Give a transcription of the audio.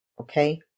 okay